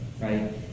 right